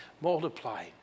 multiply